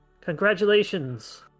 Congratulations